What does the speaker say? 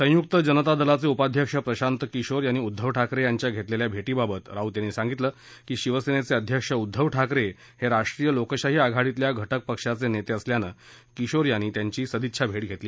संयुक्त जनता दलाचे उपाध्यक्ष प्रशांत किशोर यांनी उद्धव ठाकरे यांच्या घेतलेल्या भेटीबाबत राउत यांनी सांगितलं की शिवसेनेचे अध्यक्ष उद्धव ठाकरे हे राष्ट्रीय लोकशाही आघाडीतल्या घटक पक्षाचे नेते असल्यानं किशोर यांनी त्यांची सदिच्छा भेट घेतली